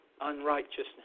unrighteousness